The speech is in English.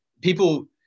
people